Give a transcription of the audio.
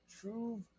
true